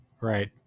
Right